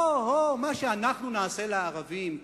הו-הו מה שאנחנו נעשה לערבים.